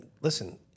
listen